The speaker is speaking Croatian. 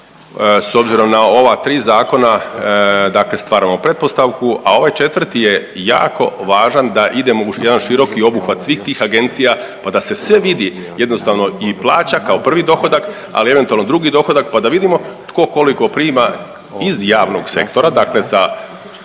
S obzirom na ova tri zakona dakle stvaramo pretpostavku, a ovaj 4 je jako važan da idemo u jedan široki obuhvat svih tih agencija pa se sve vidi jednostavno i plaća kao prvi dohodak, ali eventualno drugi dohodak, pa da vidimo tko koliko prima iz javnog sektora, dakle sa